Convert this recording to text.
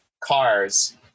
cars